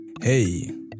Hey